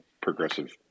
progressive